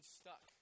stuck